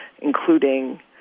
including